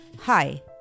Hi